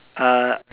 err